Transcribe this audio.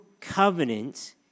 covenant